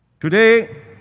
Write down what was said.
Today